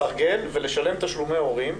סרגל ולשלם תשלומי הורים,